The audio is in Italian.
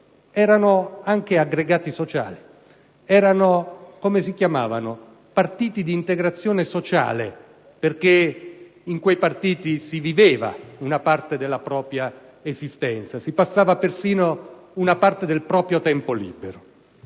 Erano anche aggregati sociali. Si chiamavano anche partiti di integrazione sociale perché in quei partiti si viveva una parte della propria esistenza, si passava persino una parte del proprio tempo libero.